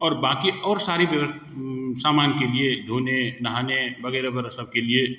और बाकी और सारी सामान के लिए धोने नहाने वगैरह सब के लिए